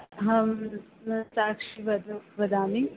अहं साक्षी वद वदामि